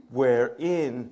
wherein